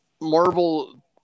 Marvel